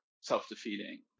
self-defeating